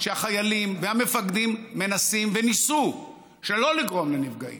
שהחיילים והמפקדים מנסים וניסו שלא לגרום לנפגעים.